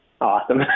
Awesome